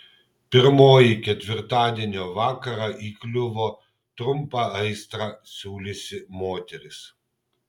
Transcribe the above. pirmoji ketvirtadienio vakarą įkliuvo trumpą aistrą siūliusi moteris